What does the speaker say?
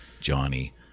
Johnny